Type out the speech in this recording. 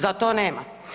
Za to nema.